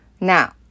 Now